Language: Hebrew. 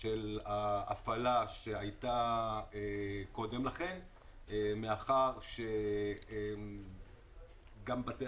של ההפעלה שהייתה קודם לכן מאחר שגם בתי